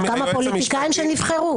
כמה פוליטיקאים שנבחרו?